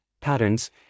patterns